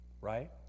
Right